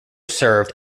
served